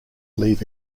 leave